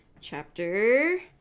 chapter